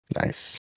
Nice